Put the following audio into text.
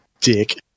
dick